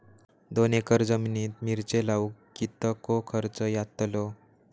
दोन एकर जमिनीत मिरचे लाऊक कितको खर्च यातलो?